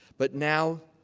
but now,